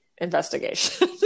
investigation